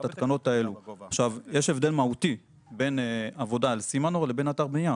יש הבדל מהותי בין עבודה על סימנור לבין אתר בניה.